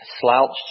slouched